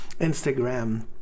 instagram